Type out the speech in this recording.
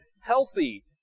healthy